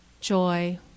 joy